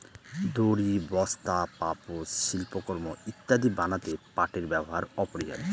দড়ি, বস্তা, পাপোষ, শিল্পকর্ম ইত্যাদি বানাতে পাটের ব্যবহার অপরিহার্য